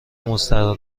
مستراح